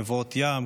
מבואות ים,